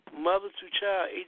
mother-to-child